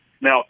Now